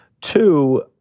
Two